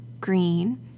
green